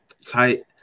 Tight